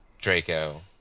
Draco